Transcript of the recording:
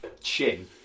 chin